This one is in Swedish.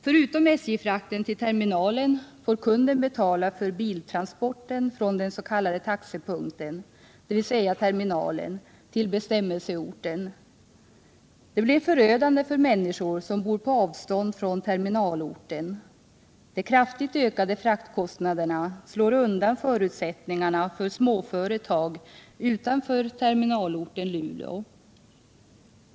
Förutom SJ-frakten till terminalen får kunden betala för biltransporten från den s.k. taxepunkten, dvs. terminalen, till bestämmelseorten. Detta blir förödande för människor som bor på avstånd från terminalorten. De kraftigt ökade fraktkostnaderna slår undan förutsättningarna för småföretag utanför terminalorten Luleå.